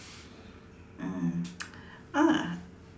um ah